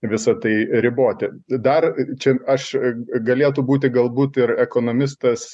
visa tai riboti dar čia aš galėtų būti galbūt ir ekonomistas